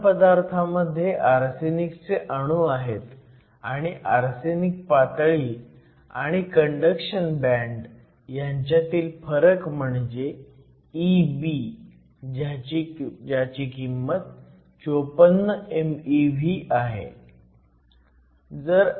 घन पदार्थामध्ये आर्सेनिकचे अणू आहेत आणि आर्सेनिक पातळी आणि कंडक्शन बँड ह्यांच्यातील फरक म्हणजे e b ज्याची किंमत 54 mev आहे